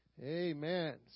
Amen